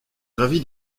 gravi